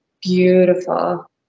beautiful